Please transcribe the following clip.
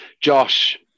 Josh